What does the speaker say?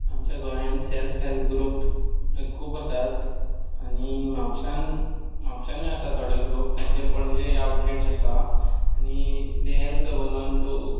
आमचे गोंयांत self help group खूब आसात आनी म्हापश्यांत म्हापश्यांतूय आसात थोडे ग्रूप तांचे पणजे आउ्टलेट्स आसा आनी they help the woman two